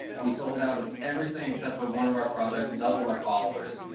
we sold out of everything, except for one of our products, doubled our followers.